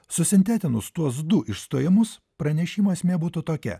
susintetinus tuos du išstojimus pranešimo esmė būtų tokia